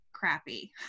crappy